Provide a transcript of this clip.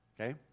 okay